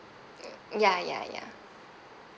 ya ya ya